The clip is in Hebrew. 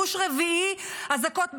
פוש רביעי אזעקות בשרון,